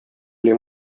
oli